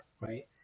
right